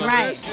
Right